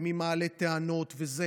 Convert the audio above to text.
מי מעלה טענות וכו'.